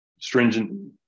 stringent